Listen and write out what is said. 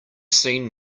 seen